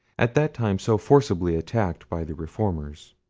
at that time so forcibly attacked by the reformers.